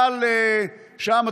אבל שם,